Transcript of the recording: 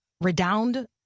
redound